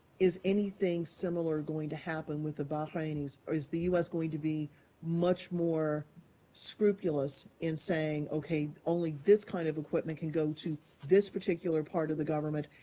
is anything similar going to happen with the bahrainis? is the u s. going to be much more scrupulous in saying, okay, only this kind of equipment can go to this particular part of the government,